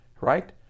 right